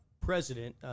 president